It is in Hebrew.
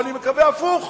או הפוך: